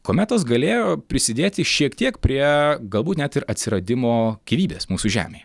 kometos galėjo prisidėti šiek tiek prie galbūt net ir atsiradimo gyvybės mūsų žemėj